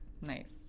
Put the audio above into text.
Nice